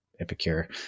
Epicure